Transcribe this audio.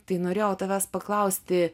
tai norėjau tavęs paklausti